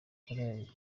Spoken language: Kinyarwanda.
korali